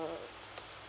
a